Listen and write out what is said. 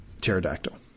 pterodactyl